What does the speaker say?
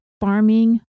farming